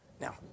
Now